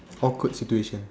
awkward situation